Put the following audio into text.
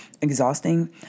exhausting